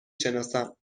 شناسم